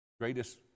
greatest